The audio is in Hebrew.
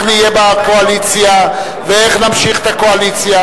נהיה בקואליציה ואיך נמשיך את הקואליציה,